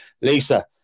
Lisa